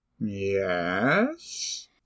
Yes